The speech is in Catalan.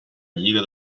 lliga